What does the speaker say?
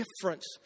difference